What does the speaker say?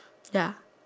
ya